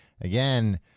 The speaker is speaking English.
Again